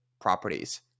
properties